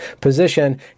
position